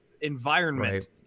environment